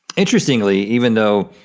interestingly, even though,